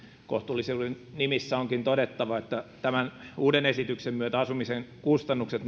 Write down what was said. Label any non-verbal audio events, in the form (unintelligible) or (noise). kohtuullisuuden nimissä onkin todettava että tämän uuden esityksen myötä asumisen kustannukset (unintelligible)